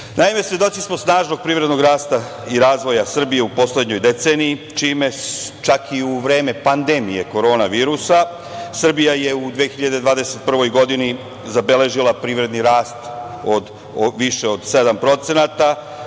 svedoci smo snažnog privrednog rasta i razvoja Srbije u poslednjoj deceniji, čak i u vreme pandemije korona virusa. Srbija je u 2021. godini zabeležila privredni rast više od 7%. Trenutna